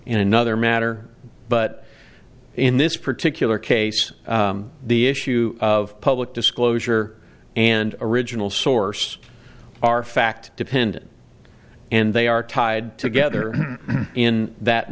in another matter but in this particular case the issue of public disclosure and original source are fact dependent and they are tied together in that